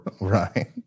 Right